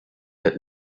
had